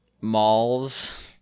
malls